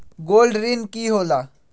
Gold ऋण की होला?